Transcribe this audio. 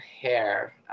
hair